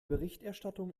berichterstattung